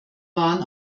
waren